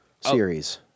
series